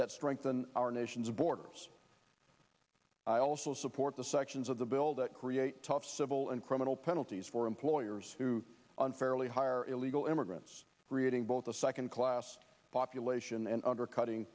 that strengthen our nation's borders i also support the sections of the bill that create civil and criminal penalties for employers who unfairly hire illegal immigrants creating both a second class population and undercutting